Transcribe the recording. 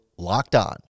LOCKEDON